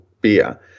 beer